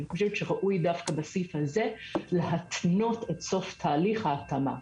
אני חושבת שראוי דווקא בסעיף הזה להתנות את סוף תהליך ההתאמה,